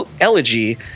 Elegy